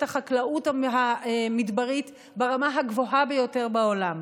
החקלאות המדברית ברמה הגבוהה ביותר בעולם,